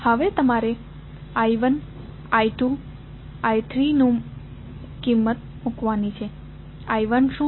હવે તમારે I1 I2 અને I3 ની કિંમત મુકવાની છે I1 શું છે